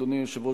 אדוני היושב-ראש,